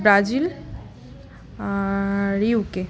Brazil আর UK